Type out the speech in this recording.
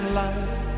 life